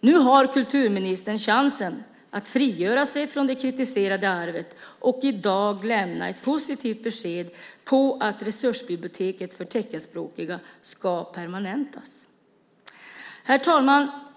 Nu har kulturministern chansen att frigöra sig från det kritiserade arvet och i dag lämna ett positivt besked om att resursbiblioteket för teckenspråkiga ska permanentas. Herr talman!